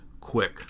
Quick